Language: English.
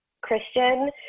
Christian